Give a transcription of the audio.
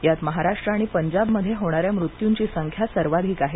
यात महाराष्ट्र आणि पंजाबमध्ये होणाऱ्या मृत्यूंची संख्या सर्वाधिक आहे